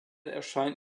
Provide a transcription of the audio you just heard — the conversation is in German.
erscheint